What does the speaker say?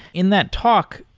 in that talk,